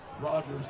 Rogers